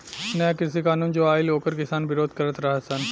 नया कृषि कानून जो आइल ओकर किसान विरोध करत रह सन